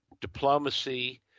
diplomacy